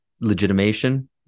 legitimation